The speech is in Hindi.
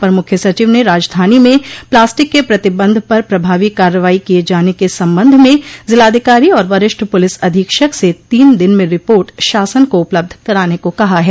अपर मुख्य सचिव ने राजधानी में प्लास्टिक के प्रतिबंध पर प्रभावी कार्रवाई किये जाने के संबंध में जिलाधिकारी और वरिष्ठ पुलिस अधीक्षक से तीन दिन में रिपोर्ट शासन को उपलब्ध कराने को कहा है